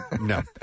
No